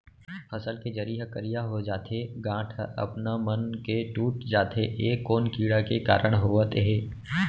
फसल के जरी ह करिया हो जाथे, गांठ ह अपनमन के टूट जाथे ए कोन कीड़ा के कारण होवत हे?